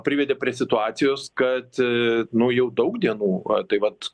privedė prie situacijos kad nu jau daug dienų tai vat